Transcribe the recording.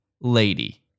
lady